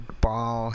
ball